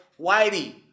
whitey